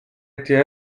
été